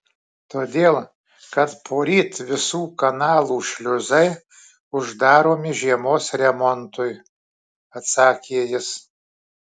todėl kad poryt visų kanalų šliuzai uždaromi žiemos remontui atsakė jis